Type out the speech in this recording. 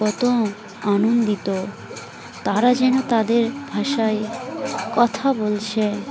কত আনন্দিত তারা যেন তাদের ভাষায় কথা বলছে